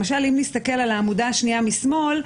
למשל אם נסתכל על העמודה השנייה משמאל,